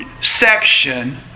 section